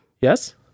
Yes